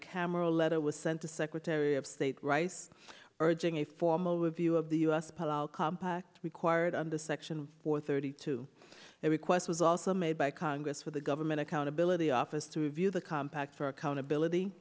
camera letter was sent to secretary of state rice urging a formal review of the u s pilot compact required under section four thirty two a request was also made by congress for the government accountability office to review the compact for accountability